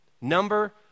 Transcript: Number